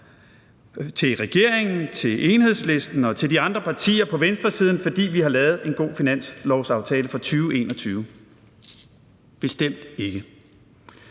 til regeringen, til Enhedslisten og til de andre partier på venstresiden, fordi vi har lavet en god finanslovsaftale for 2021? Bestemt ikke.